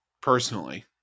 personally